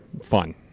fun